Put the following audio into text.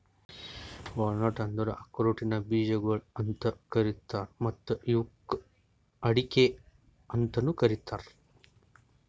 walnut ಅಂದುರ್ ಆಕ್ರೋಟಿನ ಬೀಜಗೊಳ್ ಅಂತ್ ಕರೀತಾರ್ ಮತ್ತ ಇವುಕ್ ಅಡಿಕೆ ಅಂತನು ಕರಿತಾರ್